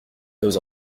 nos